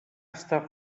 està